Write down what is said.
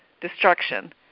destruction